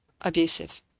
abusive